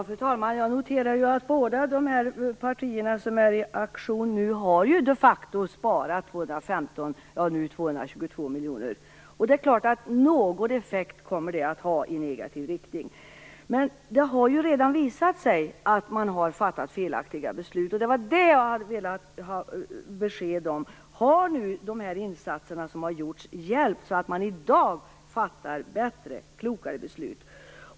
Fru talman! Jag noterar att de båda representanter som nu är i aktion de facto medverkat till att spara 222 miljoner. Det är klart att någon effekt i negativ riktning kommer det att få. Men det har redan visat sig att man har fattat felaktiga beslut. Vad jag har velat ha besked om är: Har de insatser som nu gjorts hjälpt så att man i dag fattar bättre och klokare beslut?